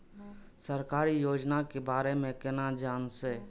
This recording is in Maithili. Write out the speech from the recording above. सरकारी योजना के बारे में केना जान से?